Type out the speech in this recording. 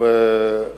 ואת